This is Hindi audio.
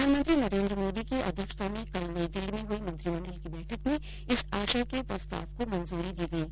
प्रधानमंत्री नरेन्द्र मोदी की अध्यक्षता में कल नई दिल्ली में हयी मंत्रिमंडल की बैठक में इस आशय के प्रस्ताव को मंजूरी दी गयी